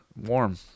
warm